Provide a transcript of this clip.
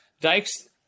Dykes